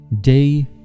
Day